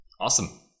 awesome